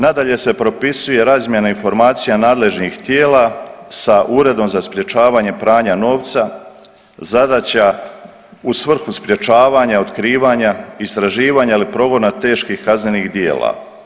Nadalje se propisuje razmjena informacija nadležnih tijela sa Uredom za sprječavanje pranja novca, zadaća, u svrhu sprječavanja, otkrivanja, istraživanja ili progona teških kaznenih djela.